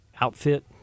outfit